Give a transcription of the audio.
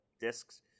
discs